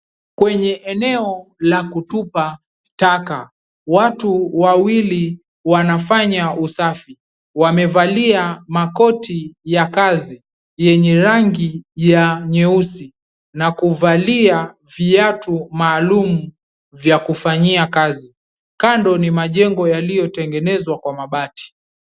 Kwenye eneo la kutupa taka, watu wawili wanafanya usafi. Wamevalia makoti ya kazi yenye rangi ya nyeusi na kuvalia viatu maalumu vya kufanyia kazi. Kando ni majengo yaliyotengenezwa kwa mabati.